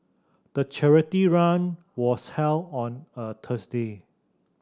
the charity run was held on a Thursday